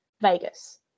Vegas